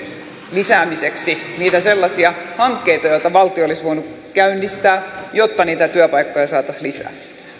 lisäämiseksi niitä sellaisia hankkeita joita valtio olisi voinut käynnistää jotta niitä työpaikkoja saataisiin lisää